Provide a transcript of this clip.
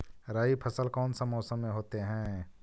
रवि फसल कौन सा मौसम में होते हैं?